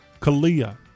Kalia